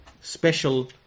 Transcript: special